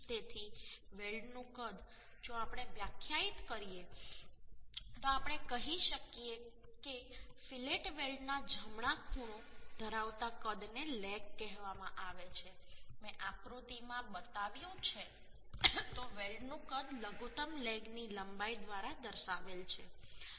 તેથી વેલ્ડનું કદ જો આપણે વ્યાખ્યાયિત કરીએ તો આપણે કહી શકીએ કે ફીલેટ વેલ્ડના જમણા ખૂણો ધરાવતા કદને લેગ કહેવામાં આવે છે મેં આકૃતિમાં બતાવ્યું છે તો વેલ્ડનું કદ લઘુત્તમ લેગની લંબાઈ દ્વારા દર્શાવેલ છે